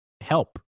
help